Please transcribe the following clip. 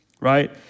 right